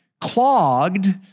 clogged